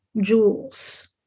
jewels